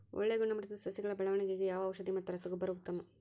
ಒಳ್ಳೆ ಗುಣಮಟ್ಟದ ಸಸಿಗಳ ಬೆಳವಣೆಗೆಗೆ ಯಾವ ಔಷಧಿ ಮತ್ತು ರಸಗೊಬ್ಬರ ಉತ್ತಮ?